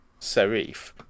serif